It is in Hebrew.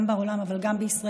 גם בעולם אבל גם בישראל.